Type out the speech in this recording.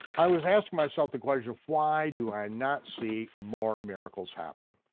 i was asking myself the question, why do i not see more miracles happen?